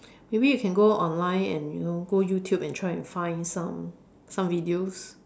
maybe you can go online and you know go YouTube and try and find you know some some videos